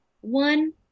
one